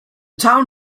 town